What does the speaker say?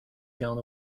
gone